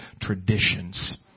traditions